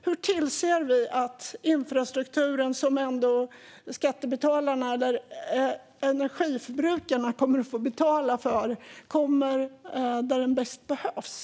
Hur tillser vi att infrastrukturen, som energiförbrukarna ändå kommer att få betala för, kommer där den bäst behövs?